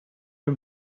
him